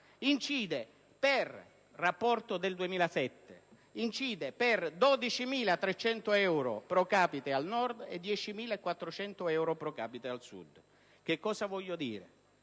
in base al rapporto del 2007, incide per 12.300 euro *pro capite* al Nord e per 10.400 euro *pro capite* al Sud. Con ciò voglio dire,